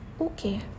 okay